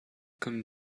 come